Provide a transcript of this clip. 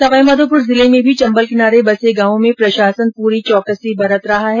सवाई माधोपुर जिले में भी चम्बल किनारे बसे गांवों में प्रशासन पूरी चौकसी बरत रहा है